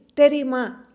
terima